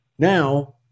Now